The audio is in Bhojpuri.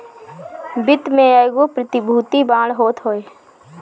वित्त में एगो प्रतिभूति बांड होत हवे